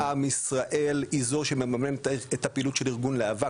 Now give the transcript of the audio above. הקרן להצלת עם ישראל היא זו שמממנת את הפעילות של ארגון להב"ה,